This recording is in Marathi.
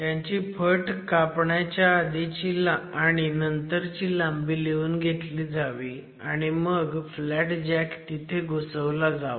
त्यांची फट कापण्याच्या आधीची आणि नंतरची लांबी लिहून घेतली जावी आणि मग फ्लॅट जॅक तिथे घुसवला जावा